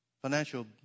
financial